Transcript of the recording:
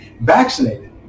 vaccinated